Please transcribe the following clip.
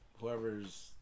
whoever's